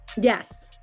Yes